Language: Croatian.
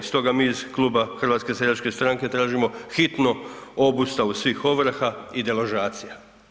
Stoga mi iz Kluba HSS-a tražimo hitno obustavu svih ovrha i deložacija.